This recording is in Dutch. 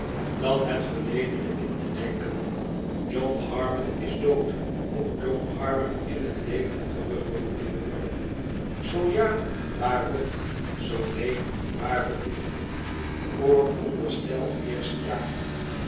dan het vèrledene in te denken john harmon is dood moet john harmon in het leven terruggeroepen worden zoo ja waarom zoo neen waarom niet vooronderstel eerst ja